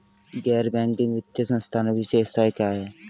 गैर बैंकिंग वित्तीय संस्थानों की विशेषताएं क्या हैं?